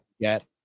get